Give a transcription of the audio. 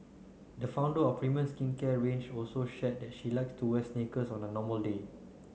the founder of a premium skincare range also shared that she likes to wear sneakers on a normal day